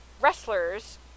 wrestlers